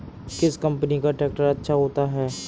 किस कंपनी का ट्रैक्टर अच्छा होता है?